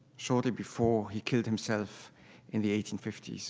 shortly before he killed himself in the eighteen fifty s.